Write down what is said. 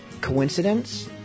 Coincidence